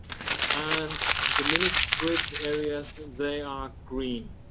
and the mini-grids areas they are green.